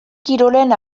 kirolen